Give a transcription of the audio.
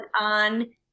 on